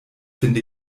finde